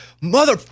Mother